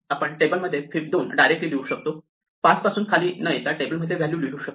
आपण टेबल मध्ये fib 2 directly लिहू शकतो 5 पासून खाली न येता टेबल मध्ये व्हॅल्यू लिहू शकतो